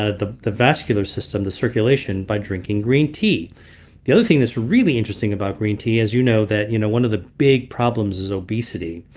ah the the vascular system, the circulation, by drinking green tea the other thing that's really interesting about green tea, as you know that you know one of the big problems is obesity.